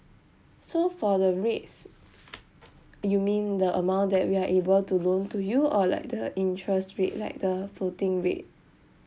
so for the rates you mean the amount that we are able to loan to you or like the interest rate like the floating rate